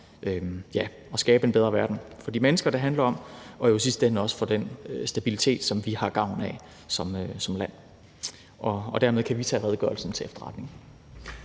ja, skabe en bedre verden for de mennesker, det handler om, og dermed jo i sidste ende også sikre den stabilitet, som vi har gavn af som land. Dermed kan vi tage redegørelsen til efterretning.